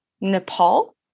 Nepal